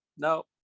no